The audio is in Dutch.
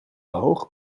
hoog